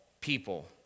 people